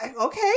okay